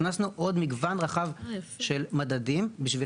הכנסנו עוד מגוון רחב של מדדים בשביל